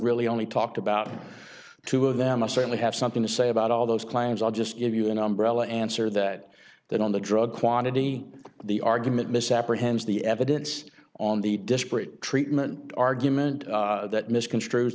really only talked about two of them i certainly have something to say about all those claims i'll just give you an umbrella answer that then on the drug quantity the argument misapprehend the evidence on the disparate treatment argument that misconstrue